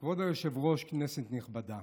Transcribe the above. כבוד היושב-ראש, כנסת נכבדה,